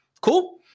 Cool